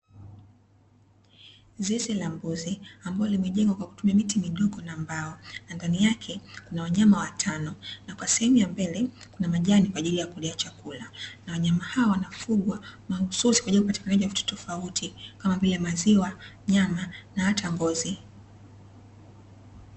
Zizi la mbuzi ambalo limejengwa kwa kutumia miti midogo na mbao, na ndani yake kuna wanyama watano, na kwa sehemu ya mbele kuna majani kwa ajili ya kulia chakula. Na wanyama hao wanafugwa mahususi kwaajili ya upatikanaji wa vitu tofauti, kama vile: maziwa, nyama na hata ngozi.